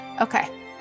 Okay